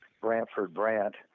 Brantford-Brant